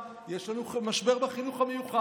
יש לנו בעיית כוח אדם ויש לנו משבר בחינוך המיוחד.